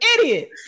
idiot